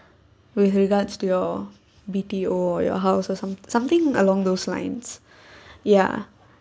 with regards to your B_T_O your house or some something along those lines ya